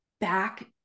back